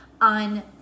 on